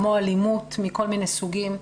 כמו אלימות מכל מיני סוגים,